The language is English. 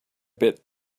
bit